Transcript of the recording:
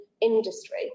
industry